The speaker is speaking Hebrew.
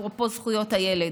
אפרופו זכויות הילד: